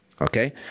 Okay